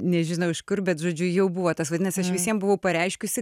nežinau iš kur bet žodžiu jau buvo tas vadinasi aš visiem buvau pareiškiusi